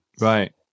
Right